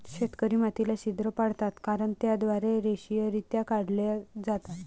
शेतकरी मातीला छिद्र पाडतात कारण ते त्याद्वारे रेषीयरित्या काढले जातात